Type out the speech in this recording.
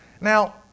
Now